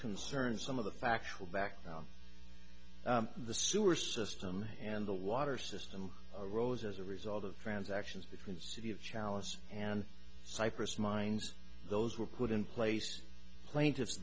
concerns some of the factual back down the sewer system and the water system rolls as a result of transactions between city of challenge and cypress mines those were put in place plaintiffs